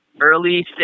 early